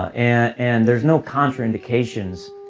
ah and and there's no contraindications